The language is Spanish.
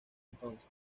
entonces